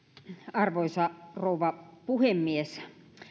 arvoisa rouva puhemies